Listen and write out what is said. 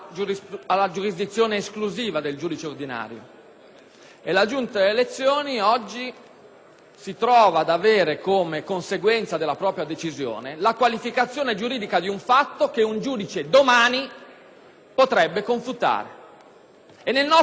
la Giunta delle elezioni oggi si trova ad avere definito, come conseguenza della propria decisione, la qualificazione giuridica di un fatto che un giudice domani potrebbe confutare. Nel nostro ordinamento non esiste la possibilità di revisione